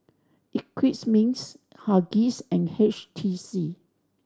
Eclipse Mints Huggies and H T C